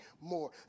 more